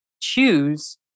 choose